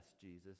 Jesus